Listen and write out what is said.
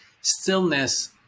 stillness